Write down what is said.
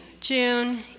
June